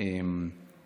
חושב